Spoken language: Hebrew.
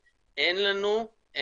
יש לנו את כל הכלים,